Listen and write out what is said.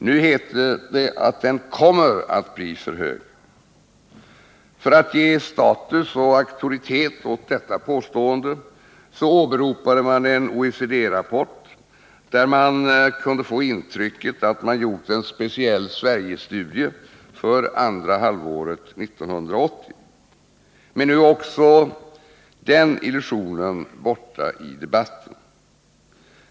Nu heter det att den kommer att bli för hög. För att ge status och auktoritet åt detta påstående åberopades en OECD-rapport som kunde ge intryck av att man hade gjort en speciell Sverigestudie för andra halvåret 1980. Nu är emellertid också den illusionen borta ur debatten.